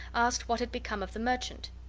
asked what had become of the merchant.